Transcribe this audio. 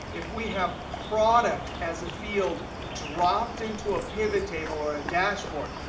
if we have product as a field dropped into a pivot table or a dashboard,